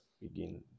begin